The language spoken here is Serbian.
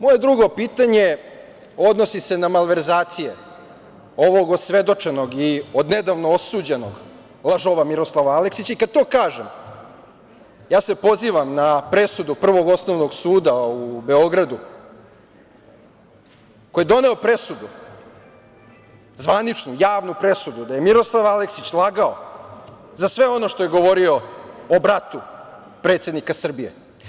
Moje druge pitanje se odnosi na malverzacije ovog osvedočenog i odnedavno osuđenog lažova Miroslava Aleksića i kada to kažem, pozivam se na presudu Prvog osnovnog suda u Beogradu koji je doneo presudu zvaničnu, javnu presudu da je Miroslav Aleksić lagao za sve ono što je govorio o bratu predsednika Srbije.